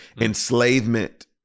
Enslavement